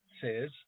says